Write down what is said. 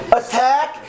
attack